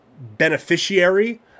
beneficiary